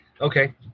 Okay